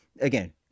Again